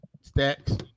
stacks